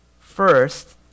First